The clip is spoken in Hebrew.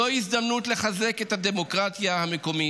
זו הזדמנות לחזק את הדמוקרטיה המקומית,